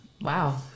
Wow